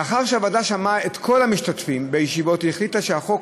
לאחר שהוועדה שמעה את כל המשתתפים בישיבות היא החליטה שהחוק